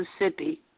Mississippi